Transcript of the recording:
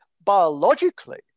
biologically